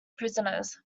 prisoners